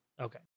okay